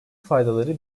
faydaları